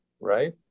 right